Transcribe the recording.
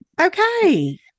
Okay